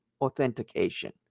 authentication